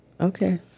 Okay